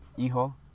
Hijo